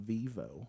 Vivo